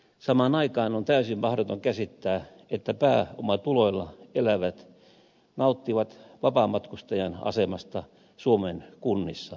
samaan aikaan on täysin mahdoton käsittää että pääomatuloilla elävät nauttivat vapaamatkustajan asemasta suomen kunnissa